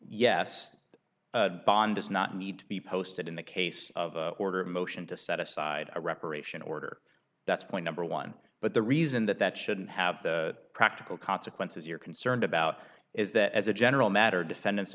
yes bond does not need to be posted in the case of order a motion to set aside a reparation order that's point number one but the reason that that shouldn't have the practical consequences you're concerned about is that as a general matter defendants